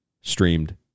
streamed